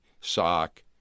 sock